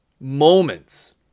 moments